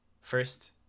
first